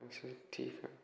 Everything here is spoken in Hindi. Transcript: ऐसे ही ठीक है